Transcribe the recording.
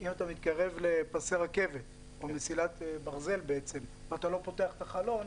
אם אתה מתקרב למסילת ברזל ואתה לא פותח את החלון,